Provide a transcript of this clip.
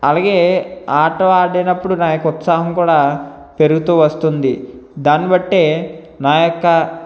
అలాగే ఆట ఆడినప్పుడు నా యొక్క ఉత్సాహం కూడా పెరుగుతూ వస్తుంది దాన్నిబట్టే నా యొక్క